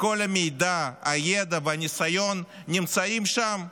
כשכל המידע, הידע והניסיון נמצאים שם.